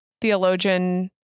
theologian